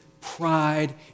pride